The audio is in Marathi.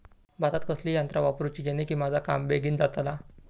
भातात कसली यांत्रा वापरुची जेनेकी माझा काम बेगीन जातला?